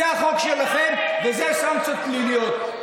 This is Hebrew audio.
זה החוק שלכם ואלו הסנקציות הפליליות.